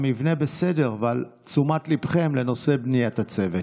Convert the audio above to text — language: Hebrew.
המבנה בסדר אבל תשומת ליבכם לנושא בניית הצוות.